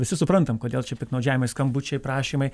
visi suprantam kodėl čia piktnaudžiavimai skambučiai prašymai